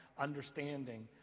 understanding